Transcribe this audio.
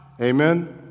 Amen